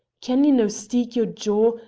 can ye no steeck your jaw,